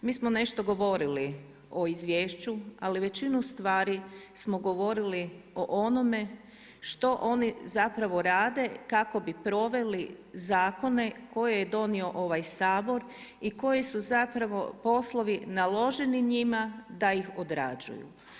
Mi smo nešto govorili o izvješću, ali većinu stvari smo govorili o onome što oni zapravo rade kako bi proveli zakone koje je donio ovaj Sabor i koji su zapravo poslovi naloženi njima da ih odrađuju.